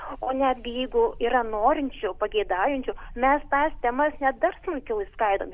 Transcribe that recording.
o netgi jeigu yra norinčių pageidaujančių mes tas temas net dar sunkiau išskaidome